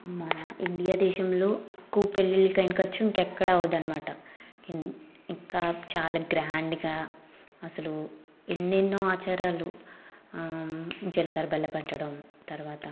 మన ఇండియా దేశంలో ఎక్కువ పెళ్ళిలకు అయిన ఖర్చు ఇంకెక్కడా అవదనమాట ఇంకా చాలా గ్రాండ్గా అసలు ఎన్నెన్నో ఆచారాలు జీలకర్ర బెల్లంపెట్టడం తర్వాత